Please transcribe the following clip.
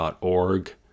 org